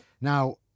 Now